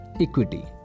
Equity